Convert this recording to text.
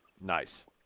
Nice